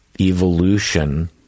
evolution